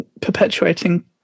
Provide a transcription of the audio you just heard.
perpetuating